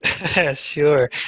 sure